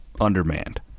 undermanned